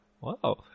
Wow